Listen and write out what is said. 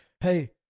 hey